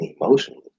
emotionally